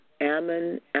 Ammon